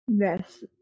Yes